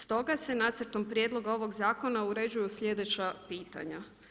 S toga se nacrtom prijedlogom ovog zakona uređuju sljedeća pitanja.